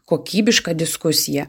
kokybišką diskusiją